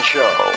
Show